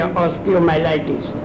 osteomyelitis